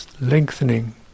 lengthening